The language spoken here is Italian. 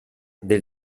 del